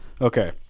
Okay